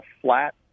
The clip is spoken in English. flat